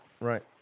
right